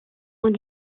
ont